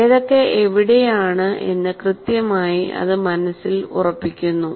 ഏതൊക്കെ എവിടെയാണ് എന്ന് കൃത്യമായി അത് മനസിൽ ഉറപ്പിക്കുന്നു